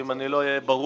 ואם אני לא אהיה ברור,